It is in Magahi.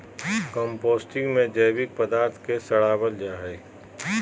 कम्पोस्टिंग में जैविक पदार्थ के सड़ाबल जा हइ